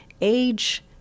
age